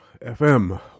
FM